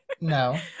No